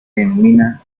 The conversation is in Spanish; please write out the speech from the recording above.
denomina